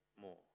more